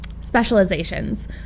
specializations